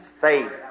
faith